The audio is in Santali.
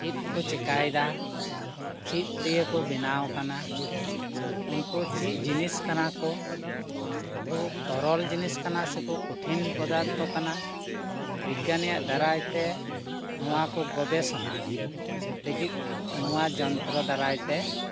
ᱪᱮᱫ ᱠᱚ ᱪᱤᱠᱟᱹᱭᱮᱫᱟ ᱪᱮᱫ ᱫᱤᱭᱮ ᱠᱚ ᱵᱮᱱᱟᱣ ᱟᱠᱟᱱᱟ ᱩᱱᱠᱩ ᱪᱮᱫ ᱡᱤᱱᱤᱥ ᱠᱟᱱᱟ ᱠᱚ ᱩᱱᱠᱩ ᱛᱚᱨᱚᱞ ᱡᱤᱱᱤᱥ ᱠᱟᱱᱟ ᱥᱮᱠᱚ ᱠᱚᱴᱷᱤᱱ ᱯᱚᱫᱟᱨᱛᱷᱚ ᱠᱟᱱᱟ ᱵᱤᱜᱽᱜᱟᱱᱤᱭᱟᱜ ᱫᱟᱨᱟᱭ ᱛᱮ ᱱᱚᱣᱟ ᱠᱚ ᱜᱚᱵᱮᱥᱚᱱᱟ ᱞᱟᱹᱜᱤᱫ ᱱᱚᱣᱟ ᱡᱚᱱᱛᱨᱚ ᱫᱟᱨᱟᱭ ᱛᱮ